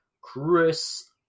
Chris